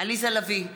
עליזה לביא,